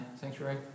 sanctuary